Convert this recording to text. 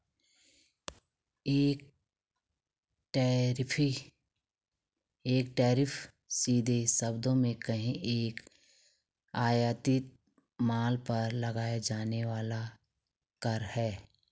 एक टैरिफ, सीधे शब्दों में कहें, एक आयातित माल पर लगाया जाने वाला कर है